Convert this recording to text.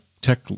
tech